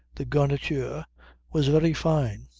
the garniture was very fine.